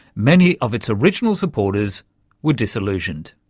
many of its original supporters were disillusioned.